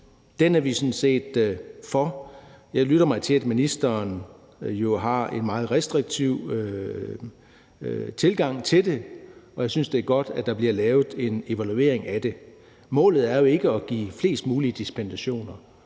dag er vi sådan set for. Jeg lytter mig til, at ministeren har en meget restriktiv tilgang til det, og jeg synes, det er godt, at der bliver lavet en evaluering af det. Målet er jo ikke at give flest mulige dispensationer.